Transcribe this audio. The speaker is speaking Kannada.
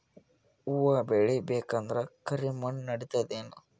ಹುವ ಬೇಳಿ ಬೇಕಂದ್ರ ಕರಿಮಣ್ ನಡಿತದೇನು?